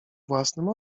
własnym